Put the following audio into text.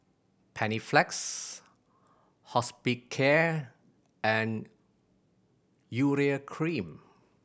Panaflex Hospicare and Urea Cream